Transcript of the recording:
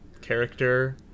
character